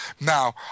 Now